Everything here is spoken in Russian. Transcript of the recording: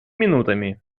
минутами